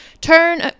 turn